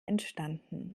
entstanden